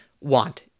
want